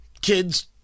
Kids